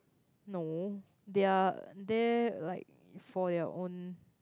no they're there like for their own